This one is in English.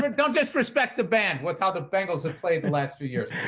but don't disrespect. the band what's ah the bengals have played the last few years.